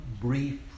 brief